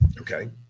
Okay